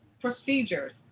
procedures